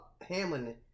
Hamlin